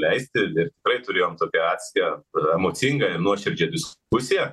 leisti ir ir tikrai turėjom tokią atskę ir emocingą ir nuoširdžią diskusiją